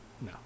No